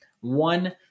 one